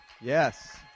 Yes